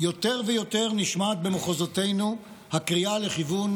יותר ויותר נשמעת במחוזותינו הקריאה לכיוון